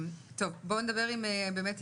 טוב, בואו נדבר עם אורי,